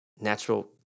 natural